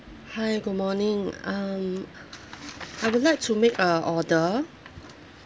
hi good morning um I would like to make a order